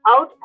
out